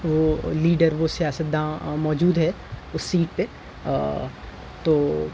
وہ لیڈر وہ سیاست داں موجود ہے اس سیٹ پہ تو